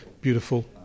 beautiful